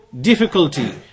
difficulty